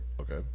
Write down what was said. okay